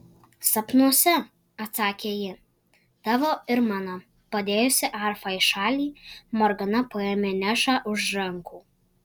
sapnuose atsakė ji tavo ir mano padėjusi arfą į šalį morgana paėmė nešą už rankų